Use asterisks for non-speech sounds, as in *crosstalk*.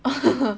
*laughs*